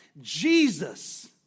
jesus